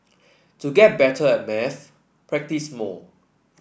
to get better at maths practise more